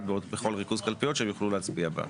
בכל ריכוז קלפיות שהם יוכלו להצביע בה.